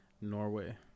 Norway